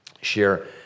share